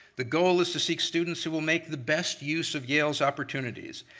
the goal is to seek students who will make the best use of yale's opportunities,